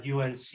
UNC